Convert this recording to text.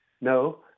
No